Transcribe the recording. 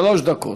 שלוש דקות.